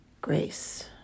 grace